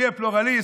תהיה פלורליסטי,